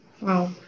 Wow